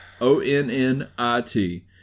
O-N-N-I-T